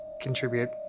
contribute